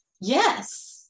yes